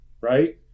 right